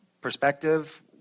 perspective